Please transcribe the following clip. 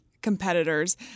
competitors